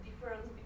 difference